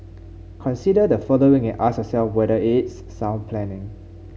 consider the following and ask yourself whether it's sound planning